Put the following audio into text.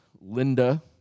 Linda